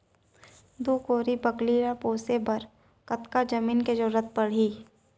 दू कोरी बकरी ला पोसे बर कतका जमीन के जरूरत पढही?